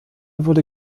wurde